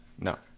No